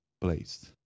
placed